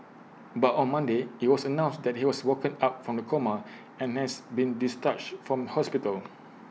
but on Monday IT was announced that he has woken up from the coma and has been discharged from hospital